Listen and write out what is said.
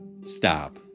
stop